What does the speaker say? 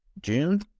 June